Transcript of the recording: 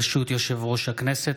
ברשות יושב-ראש הכנסת,